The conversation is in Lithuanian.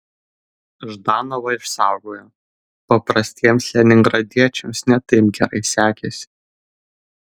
ždanovą išsaugojo paprastiems leningradiečiams ne taip gerai sekėsi